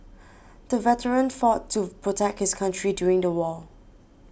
the veteran fought to protect his country during the war